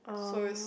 so is